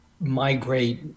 migrate